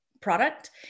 Product